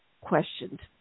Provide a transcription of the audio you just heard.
questioned